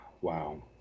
Wow